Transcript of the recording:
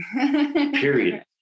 Period